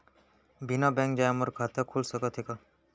बिना बैंक जाए मोर खाता खुल सकथे का?